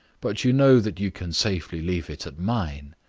but you know that you can safely leave it at mine.